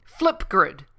Flipgrid